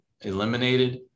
eliminated